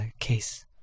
case